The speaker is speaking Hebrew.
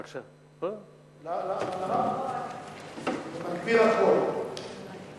האמת, שאני